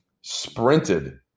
sprinted